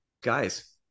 guys